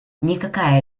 никакая